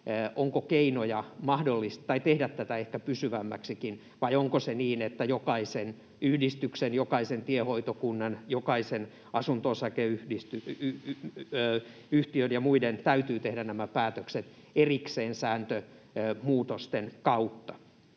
onko keinoja tehdä tätä ehkä pysyvämmäksikin, vai onko se niin, että jokaisen yhdistyksen, jokaisen tiehoitokunnan, jokaisen asunto-osakeyhtiön ja muiden täytyy tehdä nämä päätökset erikseen sääntömuutosten kautta?